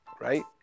right